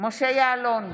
משה יעלון,